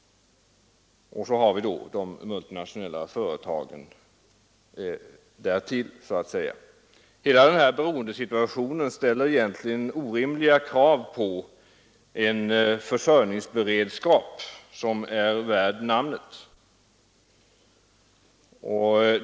Därutöver har vi således de multinationella företagen. Hela denna beroendesituation ställer egentligen orimliga krav på en försörjningsberedskap som är värd namnet.